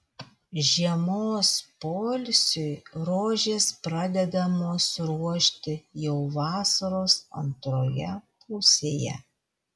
žiemos poilsiui rožės pradedamos ruošti jau vasaros antroje pusėje